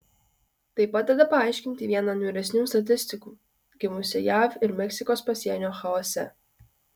tai padeda paaiškinti vieną niūresnių statistikų gimusią jav ir meksikos pasienio chaose